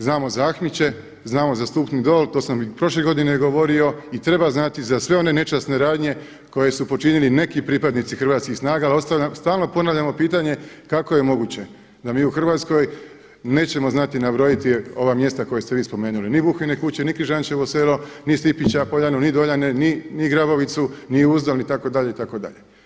Znamo za Ahmiće, znao za Stupni dol to sam i prošle godine i treba znati za sve one nečasne radnje koje su počinili neki pripadnici hrvatskih snaga ali stalno ponavljamo pitanje kako je moguće da mi u Hrvatskoj nećemo znati nabrojiti ova mjesta koja ste vi spomenuli, ni Buhine kuće, Križančevo selo, ni Stipića, Poljane, ni Doljane, ni Grabovicu, ni Uborak itd. itd.